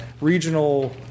regional